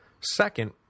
Second